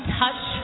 touch